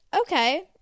okay